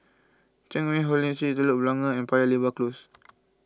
Cheang Hong Lim Street Telok Blangah Road and Paya Lebar Close